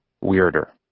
weirder